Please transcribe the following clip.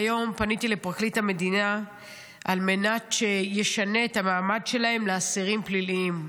היום פניתי לפרקליט המדינה על מנת שישנה את המעמד שלהם לאסירים פליליים.